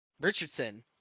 richardson